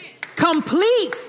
complete